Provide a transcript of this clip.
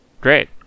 Great